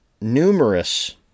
numerous